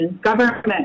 government